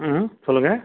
ம் ம் சொல்லுங்கள்